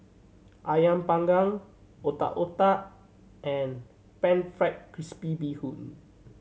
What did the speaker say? Ayam Panggang Otak Otak and Pan Fried Crispy Bee Hoon